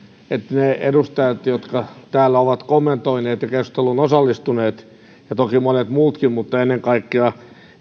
että ne edustajat jotka täällä ovat kommentoineet ja keskusteluun osallistuneet ja toki monet muutkin mutta ennen kaikkea